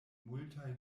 multaj